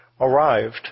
arrived